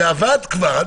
זה עבד כבר.